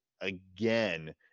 again